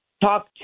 talk